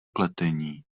pletení